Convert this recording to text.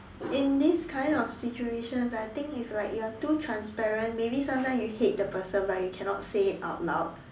in this kind of situation I think if you are like too transparent maybe sometime you hate the person but you cannot say it out loud